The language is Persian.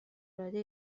العاده